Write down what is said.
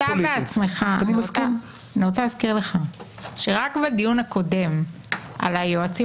אני רוצה להזכיר לך שרק בדיון הקודם על היועצים